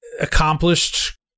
accomplished